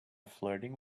flirting